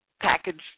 Package